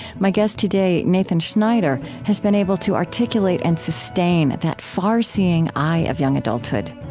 my guest today, nathan schneider, has been able to articulate and sustain that far-seeing eye of young adulthood.